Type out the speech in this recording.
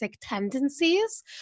tendencies